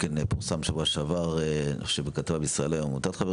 פורסמה שבוע שעבר כתבה ב"ישראל היום" שלעמותת "חברים